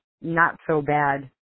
not-so-bad